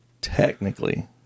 technically